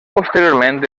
posteriorment